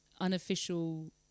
unofficial